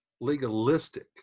legalistic